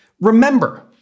Remember